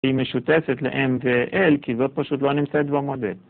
היא משותפת ל-M ו-L כי זאת פשוט לא נמצאת במודל.